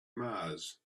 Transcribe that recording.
mars